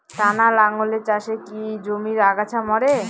টানা লাঙ্গলের চাষে কি জমির আগাছা মরে?